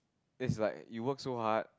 that's like you worked so hard